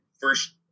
first